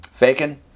Faken